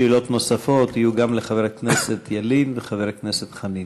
שאלות נוספות יהיו גם לחבר הכנסת ילין וחבר הכנסת חנין.